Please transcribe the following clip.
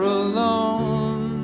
alone